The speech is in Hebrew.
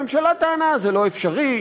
הממשלה טענה: זה לא אפשרי,